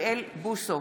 אוריאל בוסו,